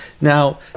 Now